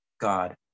God